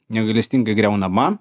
negailestingai griaunama